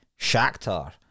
Shakhtar